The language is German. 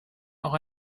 auch